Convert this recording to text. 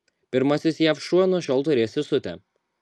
pirmasis jav šuo nuo šiol turės sesutę